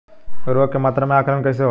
उर्वरक के मात्रा में आकलन कईसे होला?